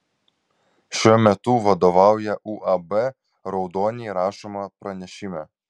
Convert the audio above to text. šiuo metu vadovauja uab raudoniai rašoma pranešime